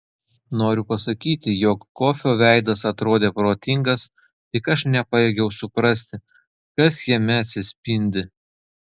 noriu pasakyti jog kofio veidas atrodė protingas tik aš nepajėgiau suprasti kas jame atsispindi